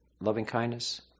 loving-kindness